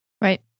Right